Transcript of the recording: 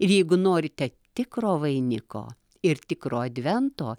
ir jeigu norite tikro vainiko ir tikro advento